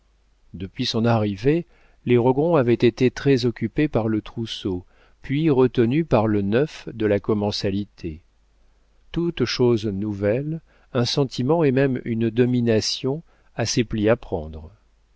depuis son arrivée les rogron avaient été très occupés par le trousseau puis retenus par le neuf de la commensalité toute chose nouvelle un sentiment et même une domination a ses plis à prendre